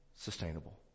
sustainable